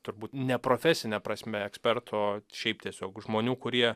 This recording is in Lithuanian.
turbūt ne profesine prasme ekspertų o šiaip tiesiog žmonių kurie